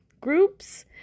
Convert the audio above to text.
Groups